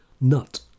Nut